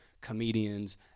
comedians